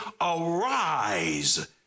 Arise